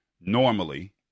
Normally